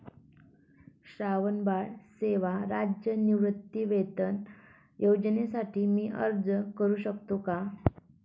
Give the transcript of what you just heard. श्रावणबाळ सेवा राज्य निवृत्तीवेतन योजनेसाठी मी अर्ज करू शकतो का?